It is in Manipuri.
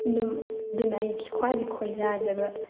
ꯑꯗꯨꯝ ꯑꯗꯨꯅ ꯑꯩꯒꯤ ꯈ꯭ꯋꯥꯏꯗꯒꯤ ꯈꯣꯏꯗꯥꯖꯕ